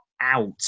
out